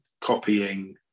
copying